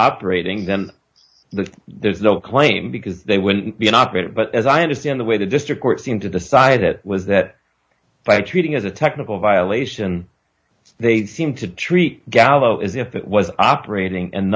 the there is no claim because they wouldn't be an operator but as i understand the way the district court seem to decide it was that by treating as a technical violation they seem to treat gallo as if it was operating and